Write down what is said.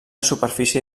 superfície